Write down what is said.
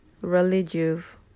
religious